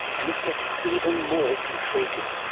and it gets even more intriguing.